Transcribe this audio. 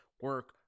Work